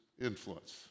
influence